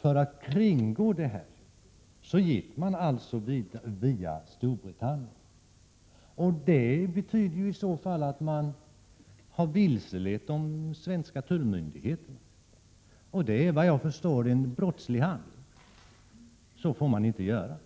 För att kringgå detta förbud gick alltså exporten via Storbritannien. Det betyder ju att man har vilselett de svenska tullmyndigheterna. Det är, såvitt jag förstår, en brottslig handling. Så får man inte göra.